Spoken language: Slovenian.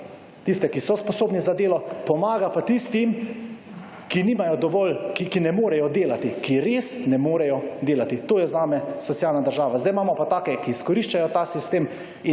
tiste ki so sposobni za delo. Pomaga pa tistim, ki nimajo dovolj, ki ne morejo delati, ki res ne morejo delati. To je zame socialna država. Sedaj imamo pa take, ki izkoriščajo ta sistem